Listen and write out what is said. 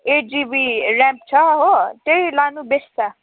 at GB RAM छ हो त्यही लानु बेस्ट छ